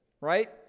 right